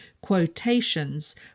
quotations